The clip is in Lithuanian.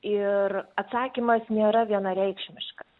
ir atsakymas nėra vienareikšmiškas